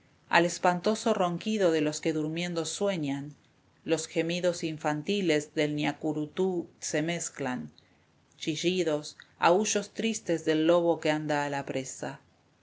al espantoso ronquido de los que durmiendo sueñan los gemidos infantiles del ñacurutú i se mezclan chillidos aúllos tristes del lobo que anda a la presa de